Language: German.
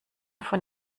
von